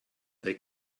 they